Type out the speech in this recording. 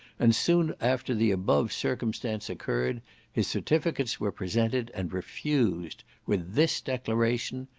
and soon after the above circumstance occurred his certificates were presented, and refused, with this declaration,